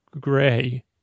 gray